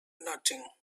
nothing